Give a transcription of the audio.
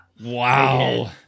Wow